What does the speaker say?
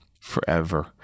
forever